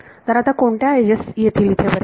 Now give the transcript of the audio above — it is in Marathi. तर आता कोणत्या एजेस येथे येतील बरे